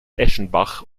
eschenbach